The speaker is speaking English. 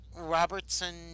Robertson